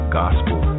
gospel